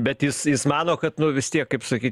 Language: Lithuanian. bet jis jis mano kad nu vis tiek kaip sakyt